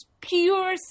pure